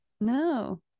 no